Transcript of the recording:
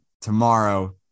tomorrow